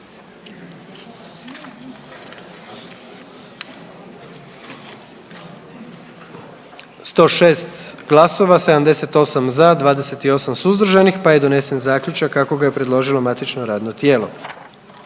112 glasova za donesen zaključak kako ga je predložilo matično radno tijelo.